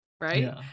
Right